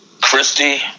Christy